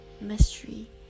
mystery